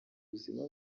buzima